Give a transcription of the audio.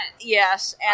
Yes